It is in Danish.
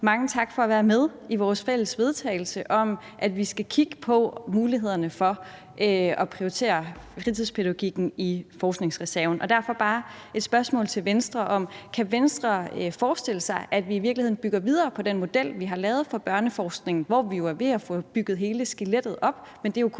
mange tak for at være med i vores fælles forslag til vedtagelse om, at vi skal kigge på mulighederne for at prioritere fritidspædagogikken i forskningsreserven, og derfor har jeg et spørgsmål til Venstre om det. Kan Venstre forestille sig, at vi i virkeligheden bygger videre på den model, vi har lavet for børneforskning, hvor vi jo er ved at få bygget hele skelettet op, men hvor det jo kun er